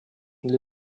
для